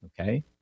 okay